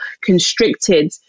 constricted